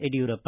Yediyurappa